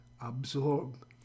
absorb